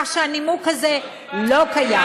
כך שהנימוק הזה לא קיים.